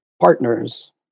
partners